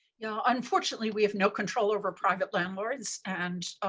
yeah unfortunately, we have no control over private landlords, and